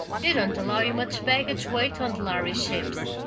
they don't allow you much baggage weight on the lhari ships.